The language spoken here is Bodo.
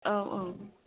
औ औ